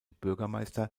bürgermeister